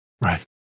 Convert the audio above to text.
Right